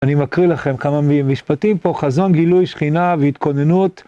אני מקריא לכם כמה משפטים פה, חזון גילוי שכינה והתכוננות.